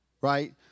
right